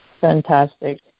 fantastic